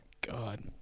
God